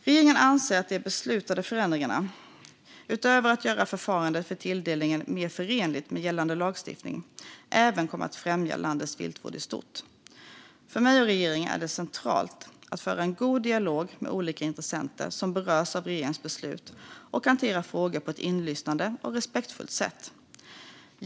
Regeringen anser att de beslutade förändringarna utöver att göra förfarandet för tilldelningen mer förenligt med gällande lagstiftning även kommer att främja landets viltvård i stort. För mig och regeringen är det centralt att föra en god dialog med olika intressenter som berörs av regeringens beslut och hantera frågor på ett inlyssnande och respektfullt sätt.